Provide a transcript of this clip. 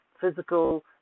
physical